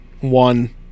one